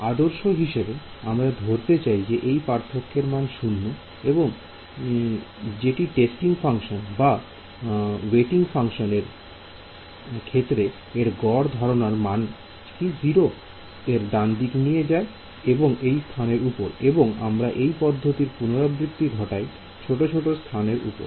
আদর্শ হিসেবে আমরা ধরতে চাই যে এই পার্থক্যের মান 0 এবং যেটি টেস্টিং ফাংশন বা ওয়েটিং ফাংশন এর ক্ষেত্রে এর গড় ধারণা এর মানে কি 0 র দিকে নিয়ে যায় এই স্থানের উপর এবং আমরা এই পদ্ধতির পুনরাবৃত্তি ঘটায় ছোট ছোট স্থানের উপর